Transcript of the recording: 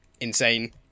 insane